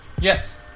Yes